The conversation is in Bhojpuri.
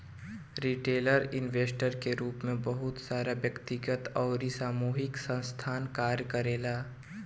रिटेल इन्वेस्टर के रूप में बहुत सारा व्यक्तिगत अउरी सामूहिक संस्थासन कार्य करेले